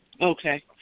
Okay